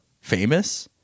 famous